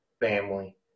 Family